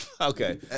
Okay